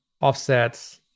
offsets